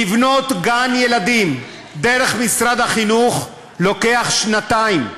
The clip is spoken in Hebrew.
לבנות גן-ילדים דרך משרד החינוך לוקח שנתיים,